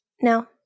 No